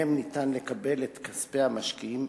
שמהם ניתן לקבל את כספי המשקיעים,